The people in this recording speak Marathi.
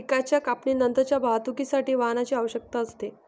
पिकाच्या कापणीनंतरच्या वाहतुकीसाठी वाहनाची आवश्यकता असते